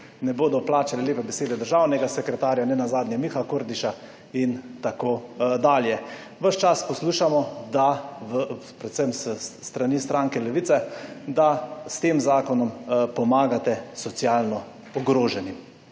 ne bodo plačale lepe besede državnega sekretarja, nenazadnje Mihe Kordiša in tako dalje. Ves čas poslušamo, da v, predvsem s strani stranke Levica, da s tem zakonom pomagate socialno ogroženim.